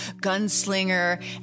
gunslinger